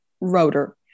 rotor